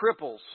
cripples